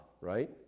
Right